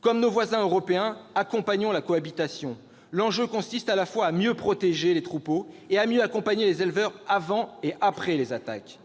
Comme nos voisins européens, accompagnons la cohabitation. L'enjeu consiste à la fois à mieux protéger les troupeaux et à mieux accompagner les éleveurs avant et après les attaques.